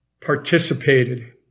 participated